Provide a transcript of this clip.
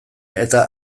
eta